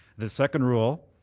the second rule,